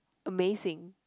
amazing